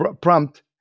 prompt